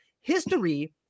History